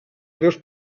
greus